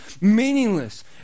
meaningless